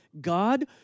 God